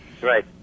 right